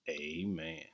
Amen